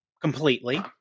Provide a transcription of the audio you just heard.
completely